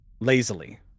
lazily